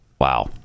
Wow